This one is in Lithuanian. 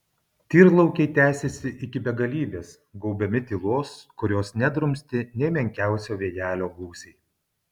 tyrlaukiai tęsėsi iki begalybės gaubiami tylos kurios nedrumstė nė menkiausio vėjelio gūsiai